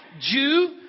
Jew